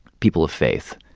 people of faith.